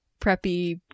preppy